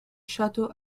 château